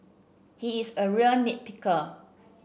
he is a real nit picker